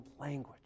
language